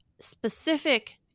specific